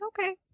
Okay